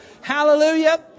Hallelujah